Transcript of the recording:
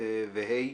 ו-(ה)